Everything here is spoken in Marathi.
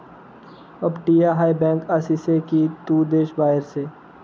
अपटीया हाय बँक आसी से की तू देश बाहेर से